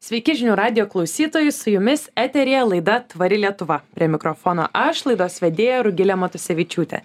sveiki žinių radijo klausytojai su jumis eteryje laida tvari lietuva prie mikrofono aš laidos vedėja rugilė matusevičiūtė